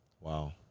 Wow